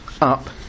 up